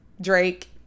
Drake